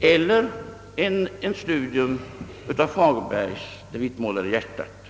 eller ett studium av Fagerbergs »Det vitmålade hjärtat».